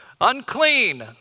Unclean